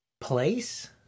Place